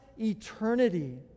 eternity